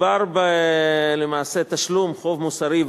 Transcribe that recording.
מדובר למעשה בתשלום חוב מוסרי,